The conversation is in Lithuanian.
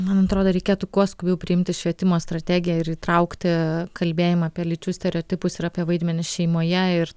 man atrodo reikėtų kuo skubiau priimti švietimo strategiją ir įtraukti kalbėjimą apie lyčių stereotipus ir apie vaidmenis šeimoje ir